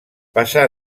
passà